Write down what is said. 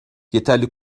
yeterli